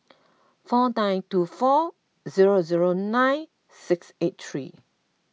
four nine two four zero zero nine six eight three